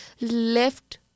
left